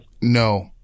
No